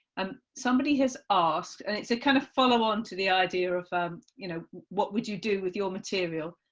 um somebody has asked and it's a kind of follow-on to the idea of um you know what would you do with your material,